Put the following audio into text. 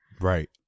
Right